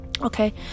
Okay